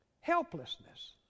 Helplessness